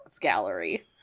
gallery